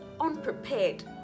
unprepared